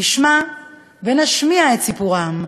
נשמע ונשמיע את סיפורם,